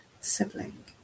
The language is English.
sibling